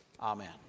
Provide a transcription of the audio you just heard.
amen